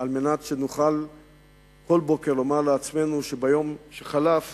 על מנת שנוכל בכל בוקר לומר לעצמנו שביום שחלף